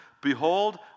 Behold